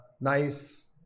nice